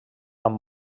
amb